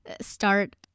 start